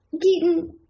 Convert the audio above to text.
Keaton